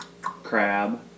Crab